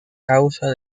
causa